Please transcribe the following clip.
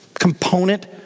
component